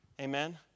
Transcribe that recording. Amen